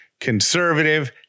conservative